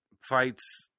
fights